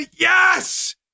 yes